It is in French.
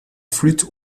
flûte